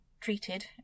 treated